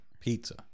pizza